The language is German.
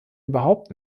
überhaupt